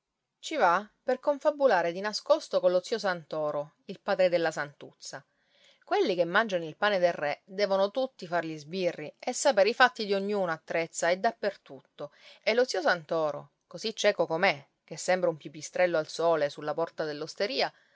ci va per confabulare di nascosto con lo zio santoro il padre della santuzza quelli che mangiano il pane del re devono tutti far gli sbirri e sapere i fatti di ognuno a trezza e dappertutto e lo zio santoro così cieco com'è che sembra un pipistrello al sole sulla porta